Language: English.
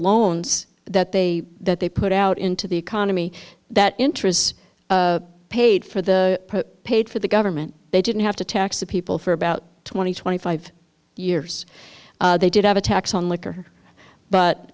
loans that they that they put out into the economy that interests paid for the paid for the government they didn't have to tax the people for about twenty twenty five years they did have a tax